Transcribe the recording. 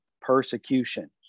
persecution